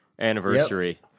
anniversary